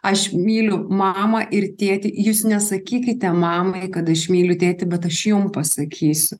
aš myliu mamą ir tėtį jūs nesakykite mamai kad aš myliu tėtį bet aš jum pasakysiu